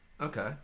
Okay